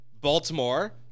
Baltimore